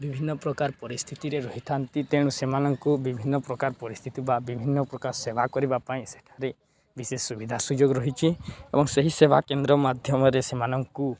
ବିଭିନ୍ନପ୍ରକାର ପରିସ୍ଥିତିରେ ରହିଥାନ୍ତି ତେଣୁ ସେମାନଙ୍କୁ ବିଭିନ୍ନପ୍ରକାର ପରିସ୍ଥିତି ବା ବିଭିନ୍ନପ୍ରକାର ସେବା କରିବା ପାଇଁ ସେଠାରେ ବିଶେଷ ସୁବିଧା ସୁଯୋଗ ରହିଛି ଏବଂ ସେହି ସେବା କେନ୍ଦ୍ର ମାଧ୍ୟମରେ ସେମାନଙ୍କୁ